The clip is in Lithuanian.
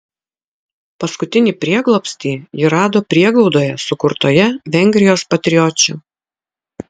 paskutinį prieglobstį ji rado prieglaudoje sukurtoje vengrijos patriočių